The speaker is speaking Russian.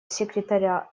секретаря